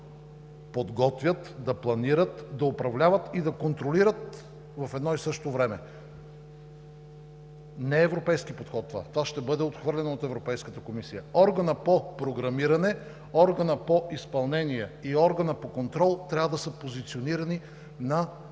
да подготвят, да планират, да управляват и да контролират в едно и също време. Това не е европейски подход! Това ще бъде отхвърлено от Европейската комисия. Органът по програмиране, органът по изпълнение и органът по контрол трябва да са позиционирани на